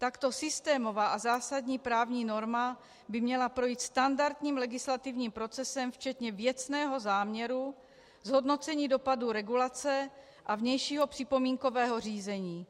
Takto systémová a zásadní právní norma by měla projít standardním legislativním procesem včetně věcného záměru, zhodnocení dopadu regulace a vnějšího připomínkového řízení.